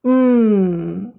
hmm